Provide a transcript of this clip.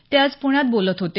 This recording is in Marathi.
ते आज पुण्यात बोलत होते